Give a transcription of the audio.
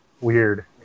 weird